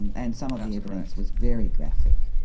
and and some of the evidence was very graphic.